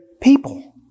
people